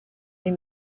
les